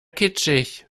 kitschig